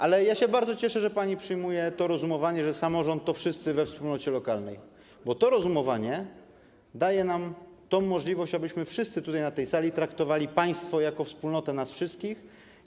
Ale ja się bardzo cieszę, ze przyjmuje pani to rozumowanie, że samorząd to wszyscy we wspólnocie lokalnej, bo to rozumowanie daje nam tę możliwość, abyśmy wszyscy na tej sali traktowali państwo jako wspólnotę nas wszystkich.